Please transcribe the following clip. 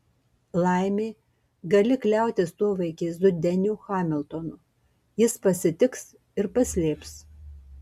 laimė gali kliautis tuo vaikėzu deniu hamiltonu jis pasitiks ir paslėps